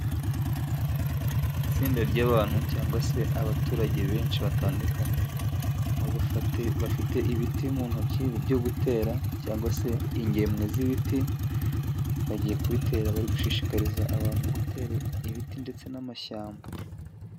Itsinda ry'abantu cyangwa se abaturage benshi batandukanye, aho bafite ibiti mu ntoki byo gutera cyangwa se ingemwe z'ibiti, bagiye kubitera bari gushishikariza abantu gutera ibiti ndetse n'amashyamba.